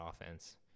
offense